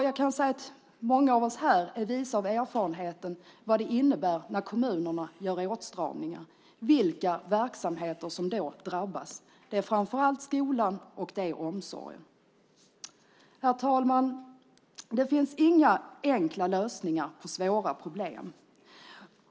Jag kan säga att många av oss som är här är visa av erfarenheten och vet vad det innebär när kommunerna gör åtstramningar. Vilka verksamheter är det som drabbas? Det är framför allt skolan, och det är omsorgen. Herr talman! Det finns inga enkla lösningar på svåra problem.